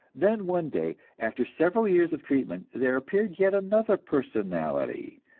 then one day, after several years of treatment, there appeared yet another personality,